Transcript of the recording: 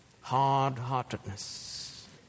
Hard-heartedness